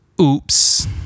Oops